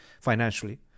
financially